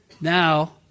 now